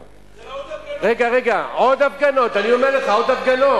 זה לא עוד הפגנות.